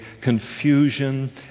confusion